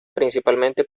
principalmente